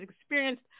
experienced